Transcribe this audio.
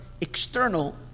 external